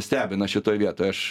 stebina šitoj vietoj aš